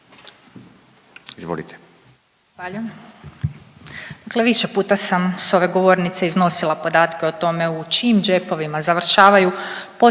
Izvolite.